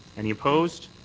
any opposed?